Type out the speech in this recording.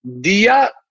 Dia